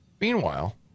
Meanwhile